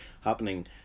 happening